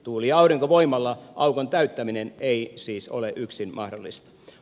tuuli ja aurinkovoimalla aukon täyttäminen ei siis ole yksin mahdollista